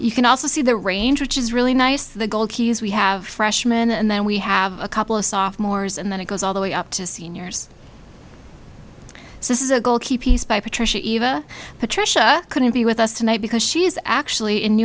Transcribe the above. you can also see the range which is really nice the gold key is we have freshman and then we have a couple of soft moore's and then it goes all the way up to seniors so this is a goal key piece by patricia eva patricia couldn't be with us tonight because she's actually in new